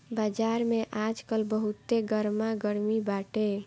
बाजार में आजकल बहुते गरमा गरमी बाटे